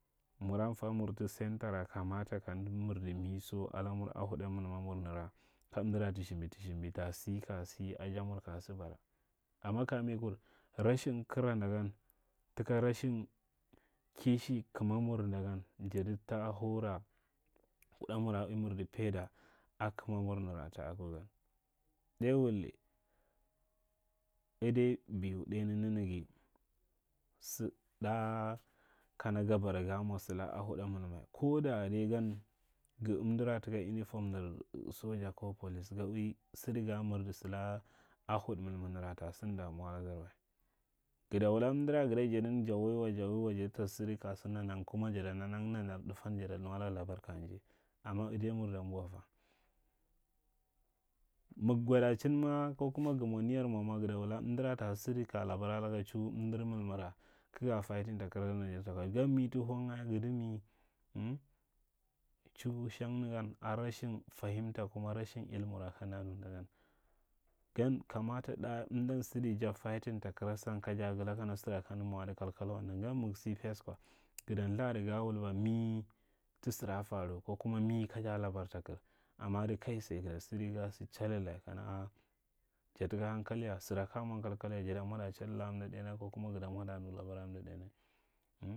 Menam fa munta centara kamata kamda maarda mi zo alamur a kwa huɗa milmamur nara kamdara ta shimbi ta- sthimbi ta sa, ka sa ajamur ka sa bara, amma kami kur, rashin kana nda gan taka rashih kishir kamamur to, ta haura kuɗa mura ui mirdi paida a kamamur nara ta ago gai. Dai wuldi, adai biu ɗai nanaga sa ɗa kana ga bara ga mwa salaka a huɗa milma, ko da ɗaigan ga amfara taka unifom nir soja ko polls ga ui sada ga mirdi salaka a hud milma nara ta sin damuw aladarwa. Gaɗa wuta amdara gada jading ja waiwa ja waiwo, jadi ta sidi ka sa nawang kuma sada nanang nanar ɗafan, jada nuwa labar dafan ka jai. Amma ahaiyama damban fa? Mig gandacin ma, ko kuma ga mwa niyar mwa ma gada wula, amda taka ta sa sidi ka labar alaga cu amdar mumira kaga fayidin takaran, garu ma ta haunga gada mil? Mh! Ch shang nagan a rashin fahinta kuma rashin ilimu ra kanda nu ndagan. Gan kamata ɗa amdan sidi ja fayitan ta kara saa, kaja gala kana sara kamda kamda mwa ada kalkalwa. Gan mig sa fes kwa, gada thadi ga wulba mi ta sara fam ko kuma mi kaja labar takar dai kai saye gada sidi ga sa cha lila kana a, ja taka lankal ya sara kaja mwan kalkal ya? Jada manɗa cha lila a mda ɗai nya ko kuma gada mwaɗa nu labar a amda ɗainya in!